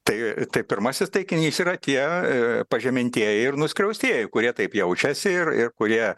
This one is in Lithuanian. tai tai pirmasis taikinys yra tie pažemintieji ir nuskriaustieji kurie taip jaučiasi ir ir kurie